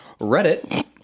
Reddit